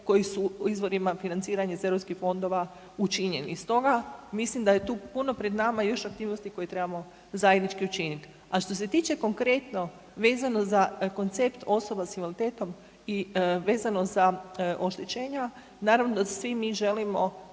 ne razumije/… financiranje iz europskih fondova učinjeni. Stoga mislim da je tu puno pred nama još aktivnosti koje trebamo zajednički učinit. A što se tiče konkretno vezano za koncept osoba s invaliditetom i vezano za oštećenja, naravno svi mi želimo